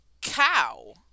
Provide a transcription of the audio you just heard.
cow